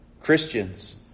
Christians